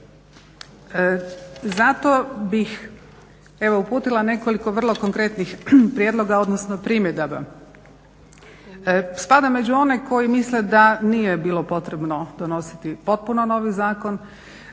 Zato bih evo uputila nekoliko vrlo konkretnih prijedloga, odnosno primjedbi. Spadam među one koji misle da nije bilo potrebno donositi potpuno novi zakon,